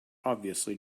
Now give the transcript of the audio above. obviously